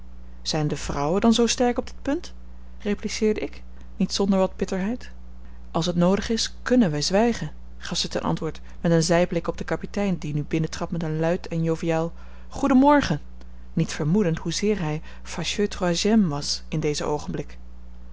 zijn de vrouwen dan zoo sterk op dit punt repliceerde ik niet zonder wat bitterheid als het noodig is kunnen wij zwijgen gaf zij ten antwoord met een zijblik op den kapitein die nu binnentrad met een luid en joviaal goedenmorgen niet vermoedend hoezeer hij fâcheux troisième was in dezen oogenblik